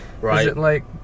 Right